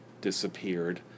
disappeared